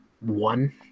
One